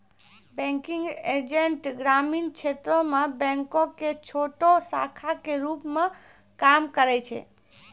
banking agent ग्रामीण क्षेत्रो मे बैंको के छोटो शाखा के रुप मे काम करै छै